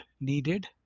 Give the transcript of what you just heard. needed